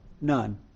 none